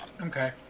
Okay